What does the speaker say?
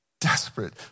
desperate